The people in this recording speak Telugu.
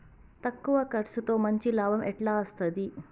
తక్కువ కర్సుతో మంచి లాభం ఎట్ల అస్తది?